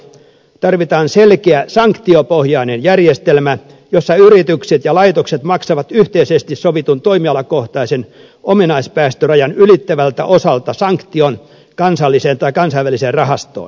tarvitaan selkeä sanktiopohjainen järjestelmä jossa yritykset ja laitokset maksavat yhteisesti sovitun toimialakohtaisen ominaispäästörajan ylittävältä osalta sanktion kansalliseen tai kansainväliseen rahastoon